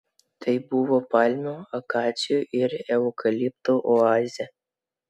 tai buvo palmių akacijų ir eukaliptų oazė